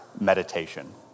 meditation